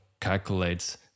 calculates